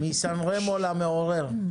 "מסן רמו למעורר".